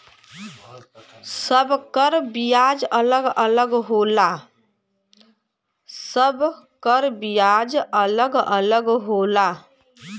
सब कर बियाज अलग अलग होला